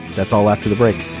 that's all after the break